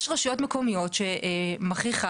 יש רשויות מקומיות שמכריחות,